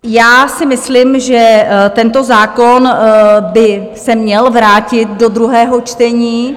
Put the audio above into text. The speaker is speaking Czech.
Já si myslím, že tento zákon by se měl vrátit do druhého čtení.